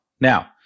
Now